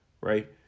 right